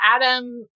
Adam